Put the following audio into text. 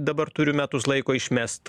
dabar turiu metus laiko išmest